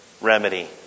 remedy